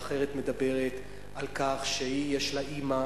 ואחרת מדברת על כך שיש לה אמא,